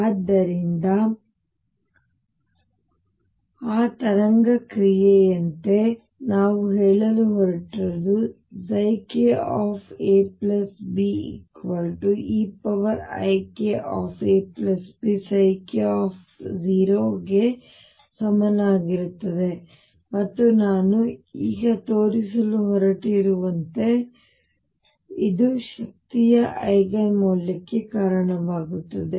ಆದ್ದರಿಂದ ಆ ತರಂಗ ಕ್ರಿಯೆಯಂತೆ ನಾವು ಹೇಳಲು ಹೊರಟಿರುವುದು kab eikabk ಗೆ ಸಮನಾಗಿರುತ್ತದೆ ಮತ್ತು ನಾನು ಈಗ ತೋರಿಸಲು ಹೊರಟಿರುವಂತೆ ಇದು ಶಕ್ತಿಯ ಐಗನ್ ಮೌಲ್ಯಕ್ಕೆ ಕಾರಣವಾಗುತ್ತದೆ